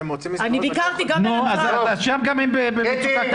גם הם במצוקה קשה.